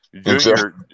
junior